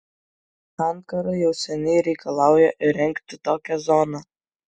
ankara jau seniai reikalauja įrengti tokią zoną